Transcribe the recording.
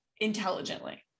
intelligently